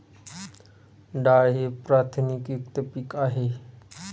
डाळ ही प्रथिनयुक्त पीक आहे